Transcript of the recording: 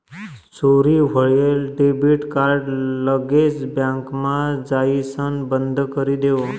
चोरी व्हयेल debit card लगेच बँकमा जाइसण बंदकरी देवो